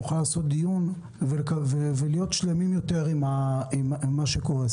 נוכל לקיים דיון ולהיות שלמים יותר עם מה שקורה.